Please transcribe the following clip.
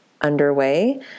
underway